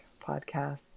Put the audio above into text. podcast